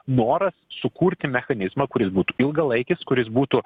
noras sukurti mechanizmą kuris būtų ilgalaikis kuris būtų